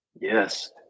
Yes